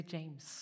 James